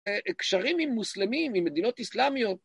הקשרים עם מוסלמים, עם מדינות איסלאמיות.